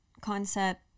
concept